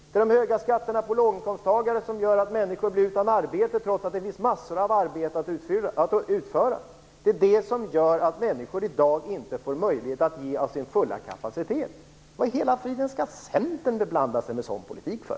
Det är de höga skatterna för låginkomsttagare som gör att människor blir utan arbete trots att det finns massor av arbete att utföra. Det gör att människor i dag inte får möjlighet att ge av sin fulla kapacitet. Vad i hela friden skall Centern beblanda sig med en sådan politik för?